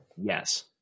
Yes